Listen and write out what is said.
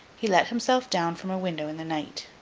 he let himself down from a window in the night,